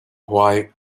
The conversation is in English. why